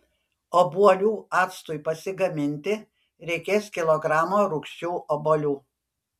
obuolių actui pasigaminti reikės kilogramo rūgščių obuolių